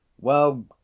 Well